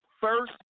first